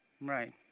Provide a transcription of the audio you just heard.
Right